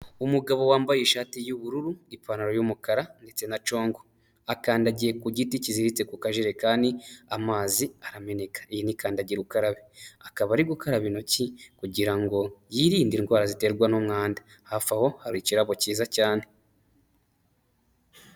Umugabo wambaye ishati y'ubururu n'ipantaro y'umukara ndetse na congo, akandagiye ku giti kiziritse ku kajerekani amazi arameneka, ni kandagira ukarabe, akaba ari gukaraba intoki kugirango yirinde indwara ziterwa n'umwanda, hafi aho hari ikirabo cyiza cyane.